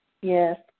Yes